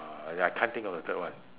uh I I can't think of a third one